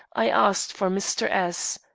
i asked for mr. s.